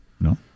No